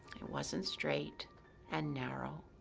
it wasn't straight and narrow.